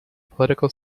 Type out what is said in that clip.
political